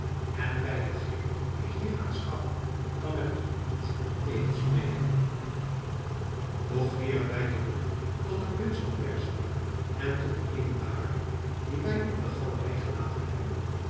en bij hetgeen ik hier aanschouw kan ik het u niet tegenspreken doch keeren wij terug tot den prins van perzië en tot ebn thahar die wij op de galerij gelaten hebben